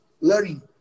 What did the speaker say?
learning